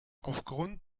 aufgrund